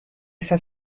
estar